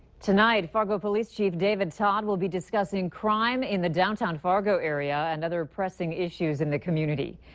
tonight, fargo police chief david todd will be discussing crime in the downtown fargo area, and other pressing issues in the community.